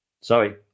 sorry